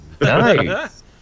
nice